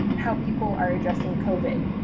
how people are addressing covid